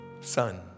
son